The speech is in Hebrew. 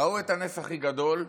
ראו את הנס הכי גדול,